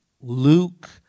Luke